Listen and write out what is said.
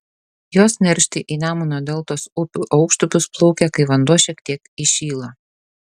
jos neršti į nemuno deltos upių aukštupius plaukia kai vanduo šiek tiek įšyla